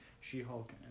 She-Hulk